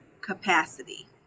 capacity